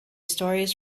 stories